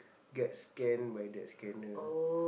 gets scanned by the scanner